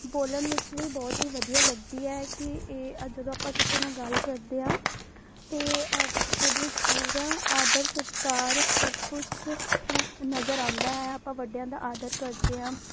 ਬੋਲਣ ਵਿੱਚ ਵੀ ਬਹੁਤ ਹੀ ਵਧੀਆ ਲੱਗਦੀ ਹੈ ਕਿ ਇਹ ਜਦੋਂ ਆਪਾਂ ਕਿਸੇ ਨਾਲ ਗੱਲ ਕਰਦੇ ਹਾਂ ਅਤੇ ਉਹਦੇ ਵਿੱਚ ਪੂਰਾ ਆਦਰ ਸਤਿਕਾਰ ਸਭ ਕੁਛ ਨਜ਼ਰ ਆਉਂਦਾ ਆ ਆਪਾਂ ਵੱਡਿਆਂ ਦਾ ਆਦਰ ਕਰਦੇ ਹਾਂ